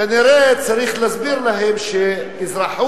כנראה צריך להסביר להם שאזרחות